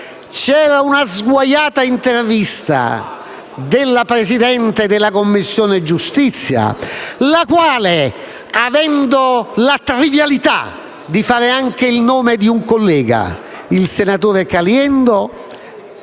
c'era una sguaiata intervista della Presidente della Commissione giustizia della Camera, che ha avuto anche la trivialità di fare il nome di un collega, il senatore Caliendo,